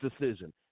decision